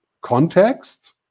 context